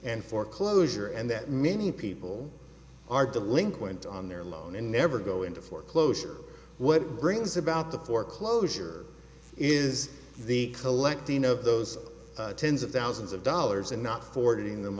and foreclosure and that many people are delinquent on their loan and never go into foreclosure what brings about the foreclosure is the collecting of those tens of thousands of dollars and not for getting them